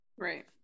Right